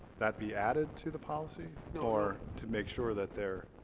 that be added to the policy or to make sure that there